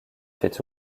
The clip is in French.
fait